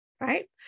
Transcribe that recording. Right